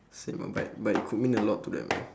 same uh but but it could mean a lot to them